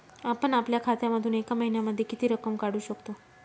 आपण आपल्या खात्यामधून एका महिन्यामधे किती रक्कम काढू शकतो?